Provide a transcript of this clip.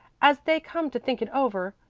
as they come to think it over,